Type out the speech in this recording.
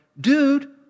dude